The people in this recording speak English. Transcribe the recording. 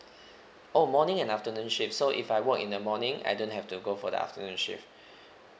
oh morning and afternoon shift so if I work in the morning I don't have to go for the afternoon shift